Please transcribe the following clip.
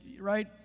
right